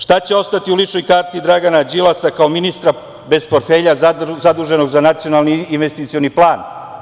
Šta će ostati u ličnoj karti Dragana Đilasa kao ministra bez portfelja zaduženog Nacionalni investicioni plan?